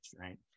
right